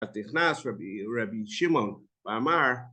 אז נכנס רבי שמעון, ואמר